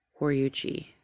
Horiuchi